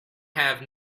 have